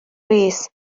rees